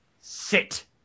Sit